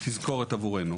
תזכורת עבורנו,